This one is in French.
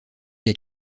les